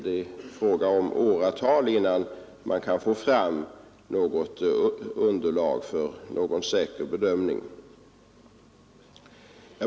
Det dröjer flera år innan man kan få fram ett underlag för någon säker bedömning.